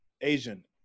Asian